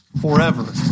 forever